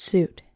Suit